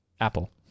Apple